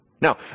Now